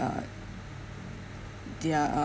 uh they're uh